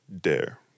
Dare